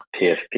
PFP